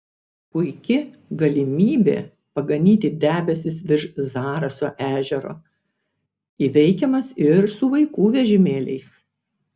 puiki galimybė paganyti debesis virš zaraso ežero įveikiamas ir su vaikų vežimėliais